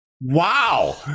Wow